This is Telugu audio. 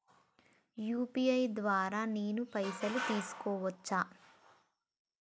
యూ.పీ.ఐ ద్వారా నేను పైసలు తీసుకోవచ్చా?